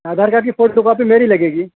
Aadhaar card کی photo copy میری لگے گی